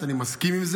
אני מסכים עם זה,